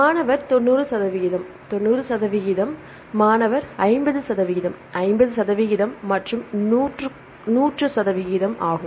மாணவர் 90 சதவிகிதம் 90 சதவிகிதம் மாணவர் 50 சதவிகிதம் 50 சதவிகிதம் மற்றும் 100 சதவிகிதம் ஆகும்